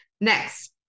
next